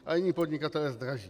A jiní podnikatelé zdraží.